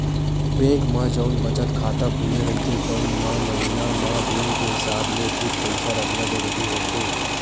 bank म जउन बचत खाता खुले रहिथे तउन म महिना म बेंक के हिसाब ले कुछ पइसा रखना जरूरी होथे